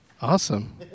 Awesome